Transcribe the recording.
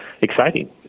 exciting